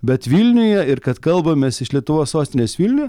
bet vilniuje ir kad kalbamės iš lietuvos sostinės vilniuj